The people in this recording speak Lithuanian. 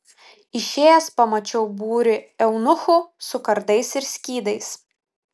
išėjęs pamačiau būrį eunuchų su kardais ir skydais